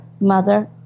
mother